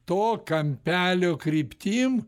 to kampelio kryptim